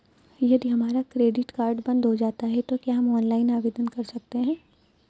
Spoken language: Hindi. यदि हमारा क्रेडिट कार्ड बंद हो जाता है तो क्या हम ऑनलाइन आवेदन कर सकते हैं?